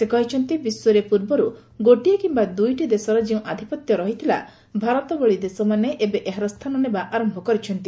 ସେ କହିଛନ୍ତି ବିଶ୍ୱରେ ପୂର୍ବରୁ ଗୋଟିଏ କିୟା ଦୁଇଟି ଦେଶର ଯେଉଁ ଆଧିପତ୍ୟ ରହିଥିଲା ଭାରତ ଭଳି ଦେଶମାନେ ଏବେ ଏହାର ସ୍ଥାନ ନେବା ଆରମ୍ଭ କରିଛନ୍ତି